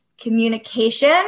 communication